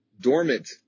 dormant